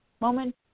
moment